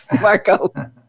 Marco